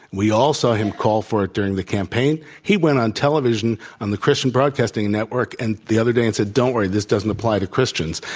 we all saw him call for it during the campaign. he went on television on the christian broadcasting network and the other day, and said, don't worry, this doesn't apply to christians.